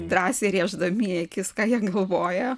drąsiai rėždami į akis ką jie galvoja